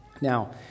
now